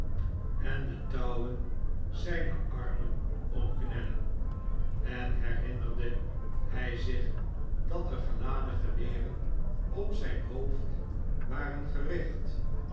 en de touwen zijne armen omknellen n herinnerde hij zich dat er geladen geweren op zijn hoofd waren gericht